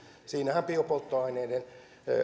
siinähän biopolttoaineiden